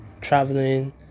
traveling